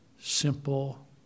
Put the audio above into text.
simple